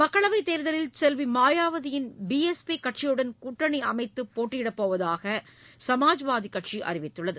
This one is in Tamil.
மக்களவைத் தேர்தலில் செல்வி மாயாவதியின் பிஎஸ்பி கட்சியுடன் கூட்டணி அமைத்து போட்டியிடப் போவதாக சமாஜ்வாதிக் கட்சி அறிவித்துள்ளது